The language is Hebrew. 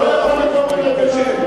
מה זה, לא מוותר עליך כשר.